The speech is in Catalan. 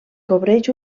cobreix